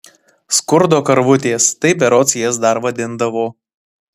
skurdo karvutės taip berods jas dar vadindavo